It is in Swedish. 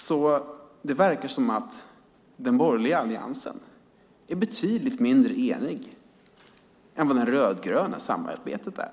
Det verkar alltså som att den borgerliga alliansen är betydligt mindre enig än vad det rödgröna samarbetet är.